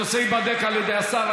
הנושא ייבדק על ידי השר.